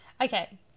Okay